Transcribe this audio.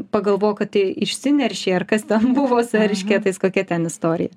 pagalvojo kad tai išsineršė ar kas ten buvo su eršketais kokia ten istorija